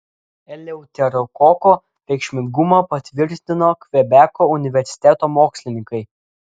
eleuterokoko reikšmingumą patvirtino kvebeko universiteto mokslininkai